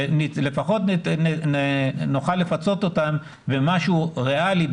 ולפחות נוכל לפצות אותן במשהו ריאלי,